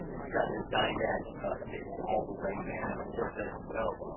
you've got the dinette table all the way in. of course as you know,